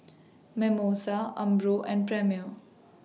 Mimosa Umbro and Premier